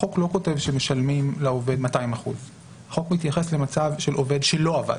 החוק לא כותב שמשלמים לעובד 200%. החוק מתייחס למצב של עובד שלא עבד.